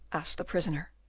asked the prisoner.